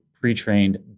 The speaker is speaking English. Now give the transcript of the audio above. pre-trained